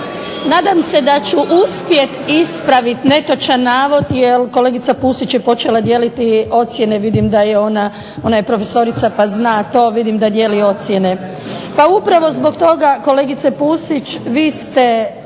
nadam se da ću uspjeti ispraviti netočan navod jer kolegica PUsić je počela dijeliti ocjene, vidim ona je profesorica pa zna to vidim da dijeli ocjene. Pa upravo zbog toga kolegice Pusić vi ste